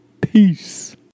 Peace